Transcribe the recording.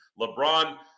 LeBron